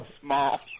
small